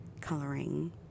coloring